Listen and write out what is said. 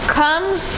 comes